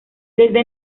desde